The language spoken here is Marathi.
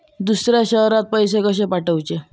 दुसऱ्या शहरात पैसे कसे पाठवूचे?